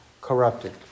corrupted